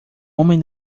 homem